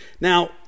Now